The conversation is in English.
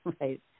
Right